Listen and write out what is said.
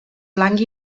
blanc